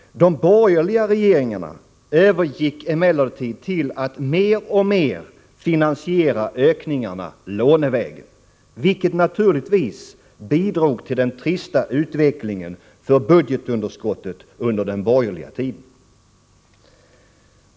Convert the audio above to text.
De borgerliga regeringarna övergick emellertid till att mer och mer finansiera ökningarna lånevägen, vilket naturligtvis bidrog till den trista utvecklingen för budgetunderskottet under den borgerliga tiden.